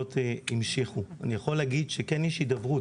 אני יכול להגיד שכן יש הידברות.